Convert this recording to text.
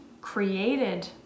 created